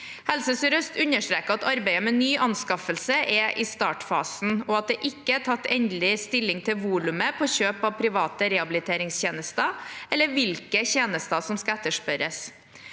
Helse sør-øst understreker at arbeidet med ny anskaffelse er i startfasen, og at det ikke er tatt endelig stilling til volumet på kjøp av private rehabiliteringstjenester eller hvilke tjenester som skal etterspørres.